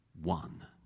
One